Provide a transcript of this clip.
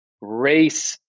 race